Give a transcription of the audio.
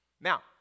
now